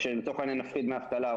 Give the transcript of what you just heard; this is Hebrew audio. או שלצורך העניין נפחית דמי אבטלה,